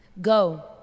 Go